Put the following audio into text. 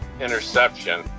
Interception